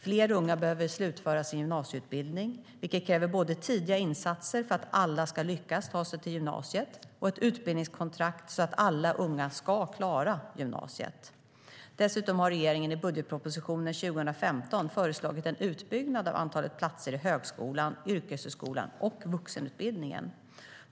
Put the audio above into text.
Fler unga behöver slutföra sin gymnasieutbildning, vilket kräver både tidiga insatser för att alla ska lyckas ta sig till gymnasiet och ett utbildningskontrakt så att alla unga ska klara gymnasiet. Dessutom har regeringen i budgetpropositionen 2015 föreslagit en utbyggnad av antalet platser i högskolan, yrkeshögskolan och vuxenutbildningen.